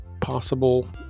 possible